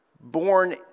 Born